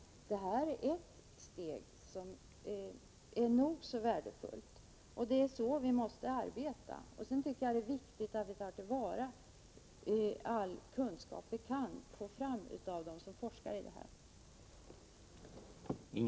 Det är ett steg, som är nog så värdefullt. Det är så vi måste arbeta. Sedan tycker jag att det är viktigt att vi tar till vara all kunskap vi kan få fram av dem som forskar på det här området.